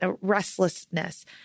restlessness